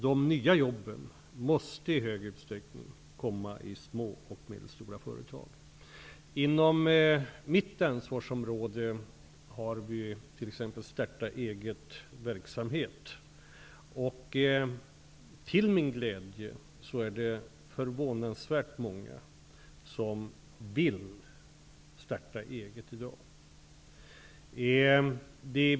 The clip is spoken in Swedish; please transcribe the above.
De nya jobben måste emellertid i hög utsträckning skapas i små och medelstora företag. Inom mitt ansvarsområde har vi exempelvis startat egen verksamhet. Till min glädje är det förvånansvärt många som vill starta eget företag i dag.